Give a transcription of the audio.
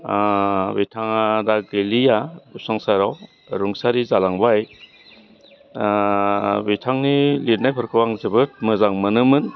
बिथाङा दा गैलिया संसाराव रुंसारि जालांबाय बिथांनि लिरनायफोरखौ आं जोबोद मोजां मोनोमोन